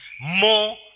more